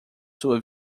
sua